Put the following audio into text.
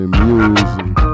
music